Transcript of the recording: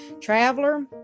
traveler